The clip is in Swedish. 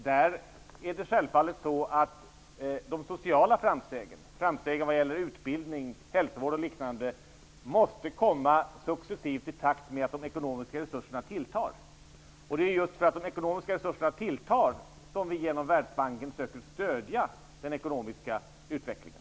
Där måste självfallet de sociala framstegen vad det gäller utbildning, hälsovård och liknande komma successivt och i takt med att de ekonomiska resurserna tilltar. Det är just för att de ekonomiska resurserna tilltar som vi genom Världsbanken söker stödja den ekonomiska utvecklingen.